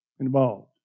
involved